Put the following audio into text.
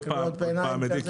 קריאות ביניים כזה?